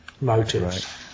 motives